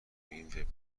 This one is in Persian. این